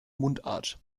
mundart